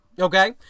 Okay